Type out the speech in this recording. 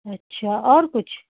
अच्छा और कुछ